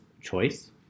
choice